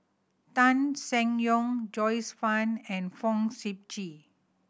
Tan Seng Yong Joyce Fan and Fong Sip Chee